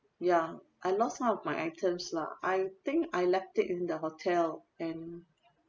ya I lost some of my items lah I think I left it in the hotel and